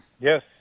Yes